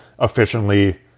efficiently